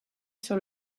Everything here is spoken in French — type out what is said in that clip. sur